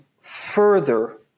further